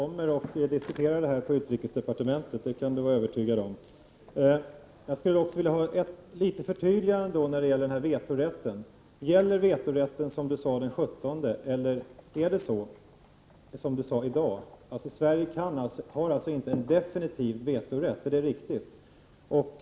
Herr talman! Jag är övertygad om att alla gärna kommer till utrikesdepartementet för att diskutera frågan. Det kan utrikesministern vara förvissad om. Jag skulle också vilja ha ett litet förtydligande när det gäller vetorätten. Gäller vetorätten, som utrikesministern sade den 17 november, eller är det så som har sagts i dag? Är det alltså riktigt att Sverige inte har en definitiv vetorätt?